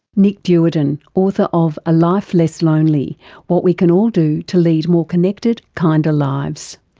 nick duerden, author of a life less lonely what we can all do to lead more connected, kinder lives.